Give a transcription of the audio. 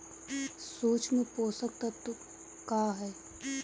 सूक्ष्म पोषक तत्व का ह?